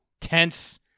tense